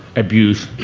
abuse,